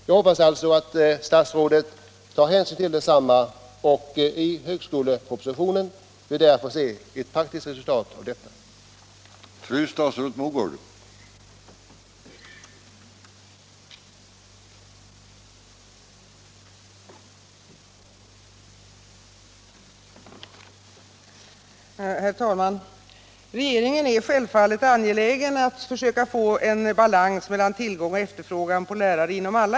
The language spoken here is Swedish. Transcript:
Jag hoppas alltså att statsrådet tar hänsyn till detta önskemål, så att vi i högskolepropositionen kan få se ett praktiskt resultat i enlighet härmed.